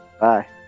bye